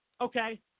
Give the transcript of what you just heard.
Okay